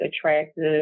attractive